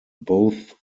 both